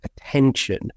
attention